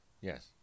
Yes